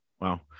Wow